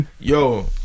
Yo